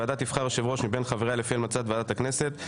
הוועדה תבחר יושב ראש מבין חבריה לפי המלצת ועדת הכנסת.